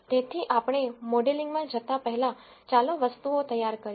તેથી આપણે મોડેલિંગમાં જતાં પહેલાં ચાલો વસ્તુઓ તૈયાર કરીએ